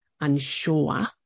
unsure